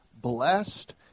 blessed